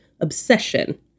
obsession